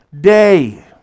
day